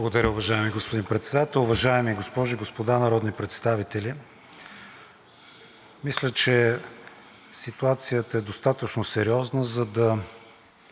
Благодаря, уважаеми господин Председател. Уважаеми госпожи и господа народни представители! Мисля, че ситуацията е достатъчно сериозна. След